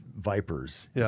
vipers